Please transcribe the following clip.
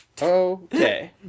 okay